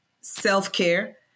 self-care